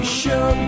show